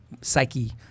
psyche